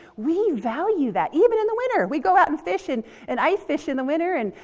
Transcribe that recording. we value that even in the winter. we go out and fish, and and ice fish in the winter and,